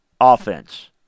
Offense